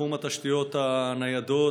בתחום התשתיות הניידות,